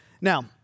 Now